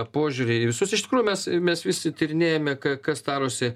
požiūrį į visus iš tikrųjų mes mes visi tyrinėjame ką kas darosi